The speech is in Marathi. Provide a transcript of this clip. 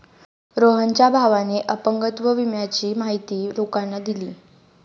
रोहनच्या भावाने अपंगत्व विम्याची माहिती लोकांना दिली